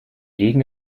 legen